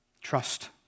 trust